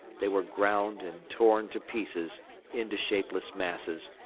they were ground and torn to pieces into shapeless masses,